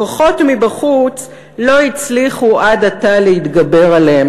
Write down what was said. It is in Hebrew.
כוחות מבחוץ לא הצליחו עד עתה להתגבר עליהם,